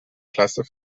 klasse